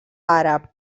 àrab